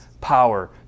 power